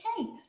Okay